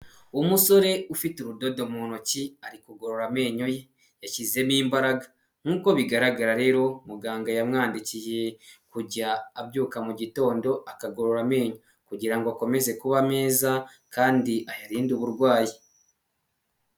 Umusore ufite urudodo mu ntoki, ari kugorora amenyo ye. Yashyizemo imbaraga. Nk'uko bigaragara rero, muganga yamwandikiye kujya abyuka mu gitondo, akagorora amenyo. Kugira ngo akomeze kuba meza, kandi ayarinde uburwayi.